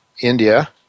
India